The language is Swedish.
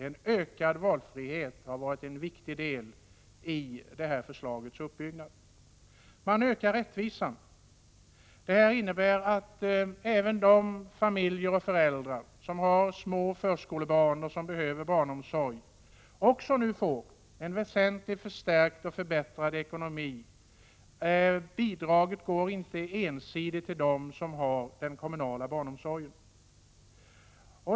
En ökad valfrihet har varit en viktig del i förslagets uppbyggnad. För det andra ökas rättvisan. Det innebär att även de familjer och föräldrar som har små förskolebarn och behöver barnomsorg nu får en väsentligt förstärkt och förbättrad ekonomi. Bidraget utgår inte ensidigt till dem som har kommunal barnomsorg.